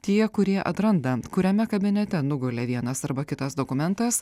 tie kurie atranda kuriame kabinete nugulė vienas arba kitas dokumentas